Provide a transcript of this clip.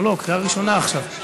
לא לא, קריאה ראשונה עכשיו.